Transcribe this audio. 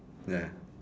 ya